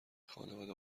خانواده